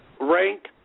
rank